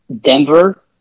Denver